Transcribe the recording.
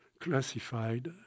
classified